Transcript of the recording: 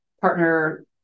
partner